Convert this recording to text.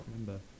remember